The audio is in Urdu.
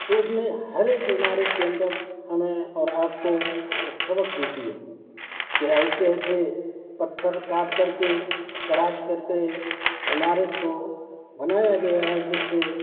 تو اس میں ہر ایک عمارت کے اندر ہمیں اور آپ کو ایک سبق دیتی ہے کہ ایسے ایسے پتھر کاٹ کر کے تراش کر کے عمارت کو بنایا گیا ہے جس سے